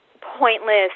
pointless